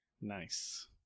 Nice